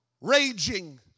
raging